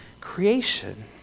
creation